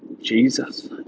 Jesus